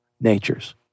natures